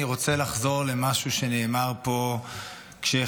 אני רוצה לחזור למשהו שנאמר פה כשחגגו